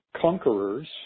conquerors